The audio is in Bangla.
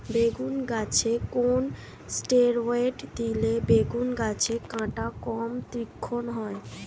বেগুন গাছে কোন ষ্টেরয়েড দিলে বেগু গাছের কাঁটা কম তীক্ষ্ন হবে?